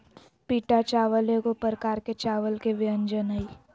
पीटा चावल एगो प्रकार के चावल के व्यंजन हइ